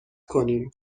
کنیم